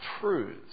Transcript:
truths